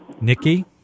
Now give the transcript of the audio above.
Nikki